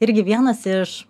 irgi vienas iš